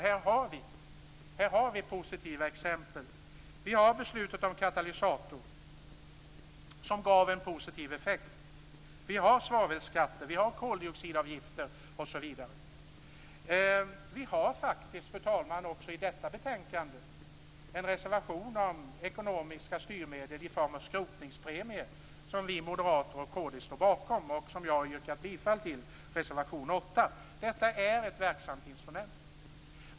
Här finns det positiva exempel såsom beslutet om katalysatorrening, som gav en positiv effekt. Det finns svavelskatter, koldioxidavgifter osv. I betänkandet finns en reservation om ekonomiska styrmedel i form av en skrotningspremie, som vi moderater och kristdemokraterna står bakom. Jag har yrkat bifall till den, reservation 8. Detta är ett verksamt instrument.